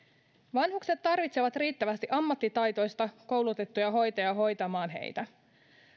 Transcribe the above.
vanhukset tarvitsevat riittävästi ammattitaitoisia koulutettuja hoitajia hoitamaan heitä